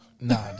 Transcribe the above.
Nah